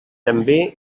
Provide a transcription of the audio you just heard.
també